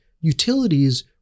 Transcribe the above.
utilities